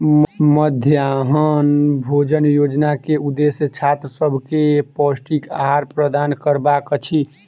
मध्याह्न भोजन योजना के उदेश्य छात्र सभ के पौष्टिक आहार प्रदान करबाक अछि